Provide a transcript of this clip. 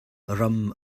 ram